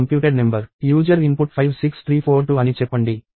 user input 56342 అని చెప్పండి అది రివర్స్ చేయబడాలి